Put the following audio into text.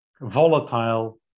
volatile